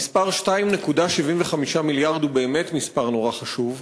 המספר 2.75 מיליארד הוא באמת מספר מאוד חשוב.